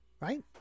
Right